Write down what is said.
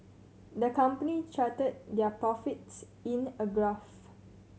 the company charted their profits in a graph